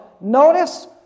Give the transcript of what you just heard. notice